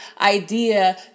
idea